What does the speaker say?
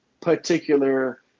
particular